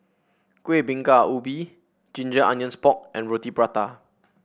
Kuih Bingka Ubi Ginger Onions Pork and Roti Prata